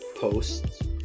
posts